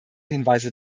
hinweise